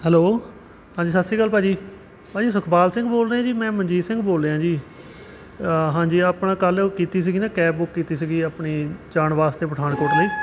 hello ਹਾਂਜੀ ਸਤਿ ਸ਼੍ਰੀ ਅਕਾਲ ਭਾਅ ਜੀ ਭਾਅ ਜੀ ਸੁਖਪਾਲ ਸਿੰਘ ਬੋਲ ਰਿਹਾ ਜੀ ਮੈਂ ਮਨਜੀਤ ਸਿੰਘ ਬੋਲ ਰਿਹਾ ਜੀ ਹਾਂਜੀ ਆਪਣਾ ਕੱਲ ਕੀਤੀ ਸੀਗੀ ਨਾ ਕੈਬ ਬੁੱਕ ਕੀਤੀ ਸੀਗੀ ਆਪਣੀ ਜਾਣ ਵਾਸਤੇ ਪਠਾਨਕੋਟ ਲਈ